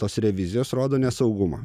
tos revizijos rodo nesaugumą